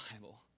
Bible